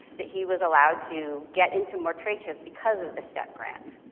that he was allowed to get into more trade shows because of the step grant.